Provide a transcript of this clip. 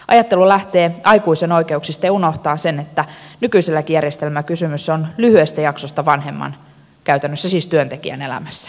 ajattelu lähtee aikuisen oikeuksista ja unohtaa sen että nykyiselläkin järjestelmällä kysymys on lyhyestä jaksosta vanhemman käytännössä siis työntekijän elämässä